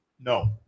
No